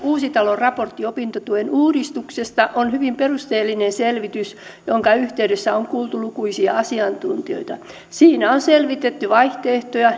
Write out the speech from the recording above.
uusitalon raportti opintotuen uudistuksesta on hyvin perusteellinen selvitys jonka yhteydessä on kuultu lukuisia asiantuntijoita siinä on selvitetty vaihtoehtoja